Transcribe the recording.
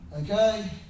Okay